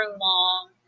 long